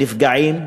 נפגעים,